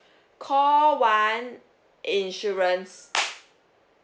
call one insurance